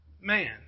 Man